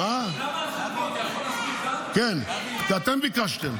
למה אנחנו פה, אתה יכול --- כן, כי אתם ביקשתם.